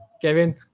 Kevin